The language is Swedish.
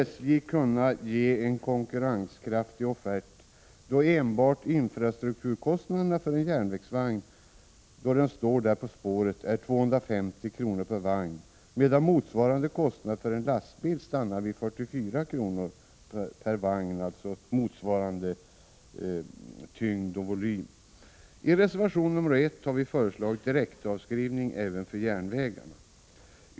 SJ kunna ge en konkurrenskraftig offert då enbart infrastrukturkostnaderna för en järnvägsvagn då den står där på spåret är 250 kr. per vagn, medan motsvarande kostnad för en lastbil med motsvarande tyngd och volym stannar vid 44 kr. per vagn? I reservation 1 har vi också föreslagit direktavskrivning även för järnvägen.